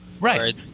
right